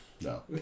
No